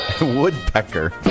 Woodpecker